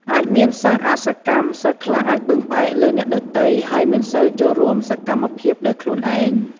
អាចមានសិស្សអសកម្ម សិស្សខ្លះអាចពឹងផ្អែកលើអ្នកដទៃ ហើយមិនសូវចូលរួមសកម្មភាពដោយខ្លួនឯង។